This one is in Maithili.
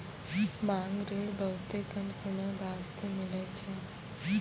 मांग ऋण बहुते कम समय बास्ते मिलै छै